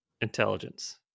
intelligence